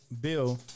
Bill